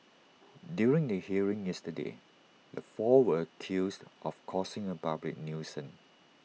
during the hearing yesterday the four were accused of causing A public nuisance